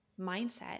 mindset